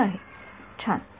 छान सर्वांच्या ओळखीचा आहे